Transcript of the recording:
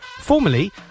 formerly